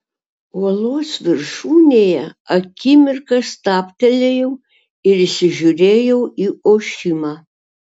uolos viršūnėje akimirką stabtelėjau ir įsižiūrėjau į ošimą